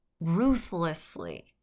ruthlessly